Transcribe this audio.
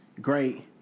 Great